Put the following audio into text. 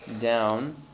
down